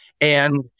And-